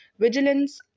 vigilance